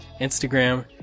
Instagram